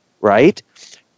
Right